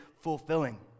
fulfilling